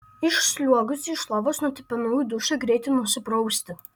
išsliuogusi iš lovos nutipenau į dušą greitai nusiprausti